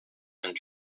and